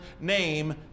name